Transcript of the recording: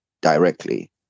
directly